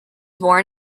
born